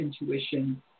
intuition